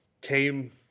came